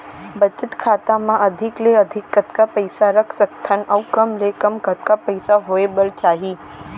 बचत खाता मा अधिक ले अधिक कतका पइसा रख सकथन अऊ कम ले कम कतका पइसा होय बर चाही?